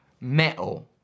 metal